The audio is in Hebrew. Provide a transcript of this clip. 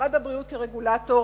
משרד הבריאות כרגולטור,